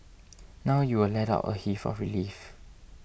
now you will let out a heave of relief